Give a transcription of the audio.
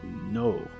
No